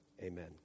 Amen